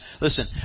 listen